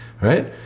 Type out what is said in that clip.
right